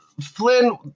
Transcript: Flynn